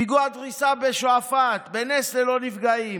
פיגוע דריסה בשועפאט בנס ללא נפגעים,